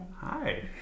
Hi